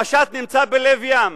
המשט נמצא בלב ים,